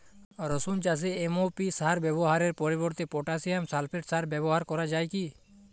রসুন চাষে এম.ও.পি সার ব্যবহারের পরিবর্তে পটাসিয়াম সালফেট সার ব্যাবহার করা যায় কি?